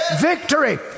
victory